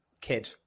kid